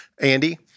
Andy